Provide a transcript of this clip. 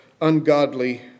ungodly